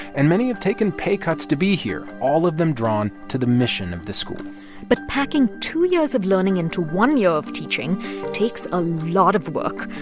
and many have taken pay cuts to be here, all of them drawn to the mission of the school but packing two years of learning into one year of teaching takes a lot of work,